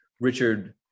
Richard